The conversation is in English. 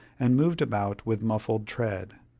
and moved about with muffled tread.